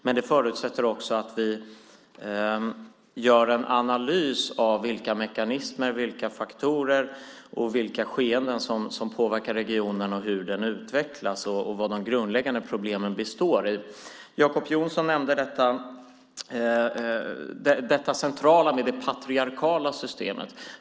Men det förutsätter också att vi gör en analys av vilka mekanismer, vilka faktorer och vilka skeenden som påverkar regionen, hur den utvecklas och vad de grundläggande problemen består i. Jacob Johnson nämnde det centrala med det patriarkala systemet.